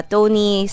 Tony